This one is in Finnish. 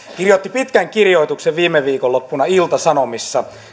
kirjoitti pitkän kirjoituksen viime viikonloppuna ilta sanomissa